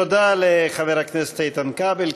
תודה לחבר הכנסת איתן כבל.